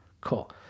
cool